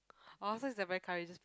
orh so he's the very courageous